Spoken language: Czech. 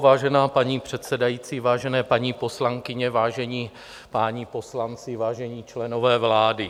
Vážená paní předsedající, vážené paní poslankyně, vážení páni poslanci, vážení členové vlády.